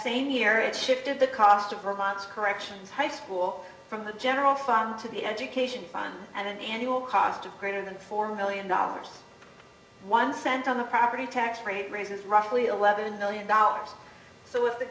same here it shifted the cost of robots corrections high school from the general fund to the education fund and an annual cost of greater than four million dollars one cent on the property tax rate raises roughly eleven million dollars so if the